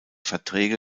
verträge